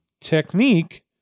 technique